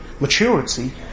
maturity